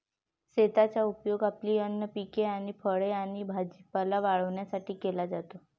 शेताचा उपयोग आपली अन्न पिके आणि फळे आणि भाजीपाला वाढवण्यासाठी केला जातो